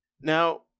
Now